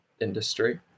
industry